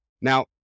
now